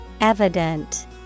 evident